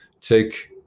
take